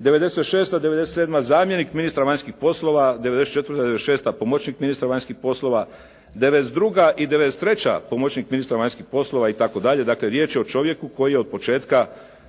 '96., '97. zamjenik ministra vanjskih poslova, '94., 96. pomoćnik ministra vanjskih poslova, '92. i '93. pomoćnik ministra vanjskih poslova itd. Dakle, riječ je o čovjeku koji od početka